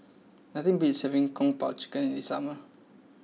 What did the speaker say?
nothing beats having Kung Po Chicken in the summer